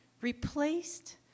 replaced